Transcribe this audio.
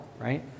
right